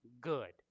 good